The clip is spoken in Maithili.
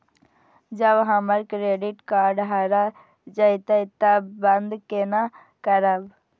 जब हमर क्रेडिट कार्ड हरा जयते तब बंद केना करब?